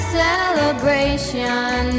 celebration